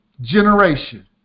generation